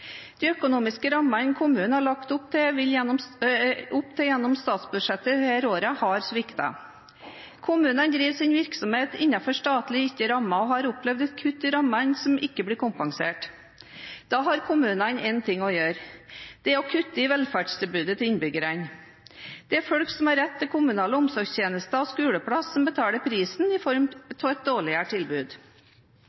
De økonomiske rammene regjeringen har lagt opp til gjennom statsbudsjettene disse årene, har sviktet. Kommunene driver sin virksomhet innenfor statlig gitte rammer og har opplevd kutt i rammene som ikke blir kompensert. Da har kommunene én ting å gjøre: De må kutte i velferdstilbudet til innbyggerne. Det er folk som har rett til kommunale omsorgstjenester og skoleplass, som betaler prisen i form av dårligere tilbud.